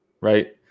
right